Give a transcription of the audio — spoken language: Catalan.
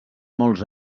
molts